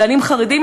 בעלים חרדים,